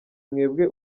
mwebwe